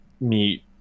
meet